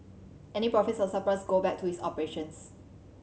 any profits or surpluses go back to its operations